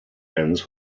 ends